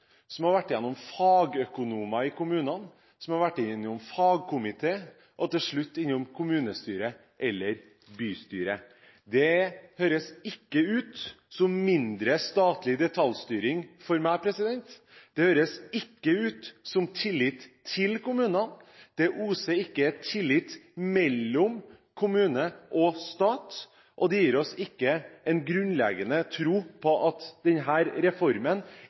som har vært vurdert av fagøkonomer i kommunene, som har vært gjennom en fagkomité og til slutt innom kommunestyret eller bystyret. Det høres ikke ut som mindre statlig detaljstyring for meg. Det høres ikke ut som tillit til kommunene. Det oser ikke av tillit mellom kommune og stat, og det gir oss ikke en grunnleggende tro på at denne reformen